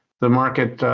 the market